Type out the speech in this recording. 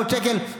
900 שקל,